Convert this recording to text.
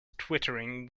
twittering